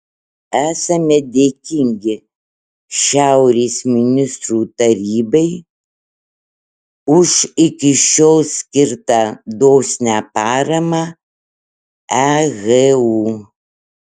esame dėkingi šiaurės ministrų tarybai už iki šiol skirtą dosnią paramą ehu